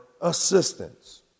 assistance